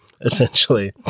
essentially